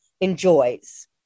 enjoys